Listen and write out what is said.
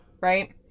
Right